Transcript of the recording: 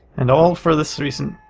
and all for this reason.